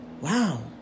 Wow